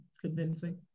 convincing